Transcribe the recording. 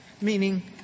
Meaning